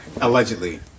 allegedly